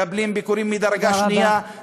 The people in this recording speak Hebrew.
מקבלים ביקורים מדרגה שנייה, תודה רבה.